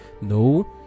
no